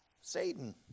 Satan